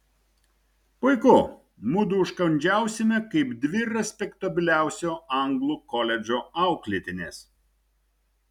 puiku mudu užkandžiausime kaip dvi respektabiliausio anglų koledžo auklėtinės